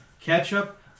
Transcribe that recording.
ketchup